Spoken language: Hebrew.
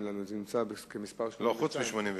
לשאול: 1. מה הם הסיבות והמניעים לאיחור בהנפקת הציונים,